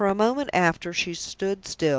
for a moment after, she stood still,